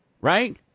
Right